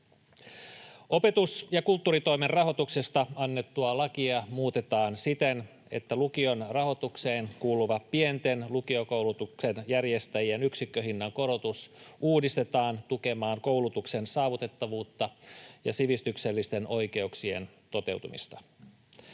Opetus‑ ja kulttuuritoimen rahoituksesta annettua lakia muutetaan siten, että lukion rahoitukseen kuuluva pienten lukiokoulutuksen järjestäjien yksikköhinnan korotus uudistetaan tukemaan koulutuksen saavutettavuutta ja sivistyksellisten oikeuksien toteutumista.